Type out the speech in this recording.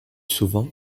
souvent